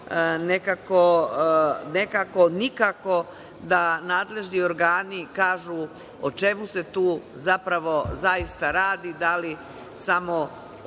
nekako nikako da nadležni organi kažu o čemu se tu zapravo zaista radi? Da li samo